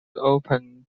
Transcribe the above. open